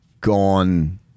gone